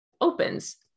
opens